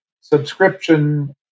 subscription